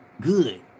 Good